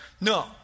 No